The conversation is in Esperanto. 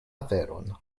aferon